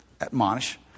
admonish